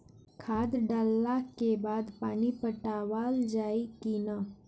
खाद डलला के बाद पानी पाटावाल जाई कि न?